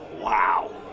Wow